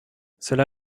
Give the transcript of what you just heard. cela